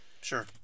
Sure